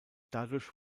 dadurch